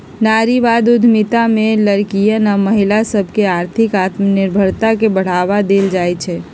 नारीवाद उद्यमिता में लइरकि आऽ महिला सभके आर्थिक आत्मनिर्भरता के बढ़वा देल जाइ छइ